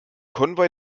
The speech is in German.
konvoi